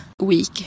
week